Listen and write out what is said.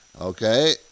Okay